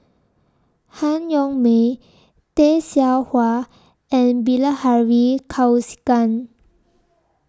Han Yong May Tay Seow Huah and Bilahari Kausikan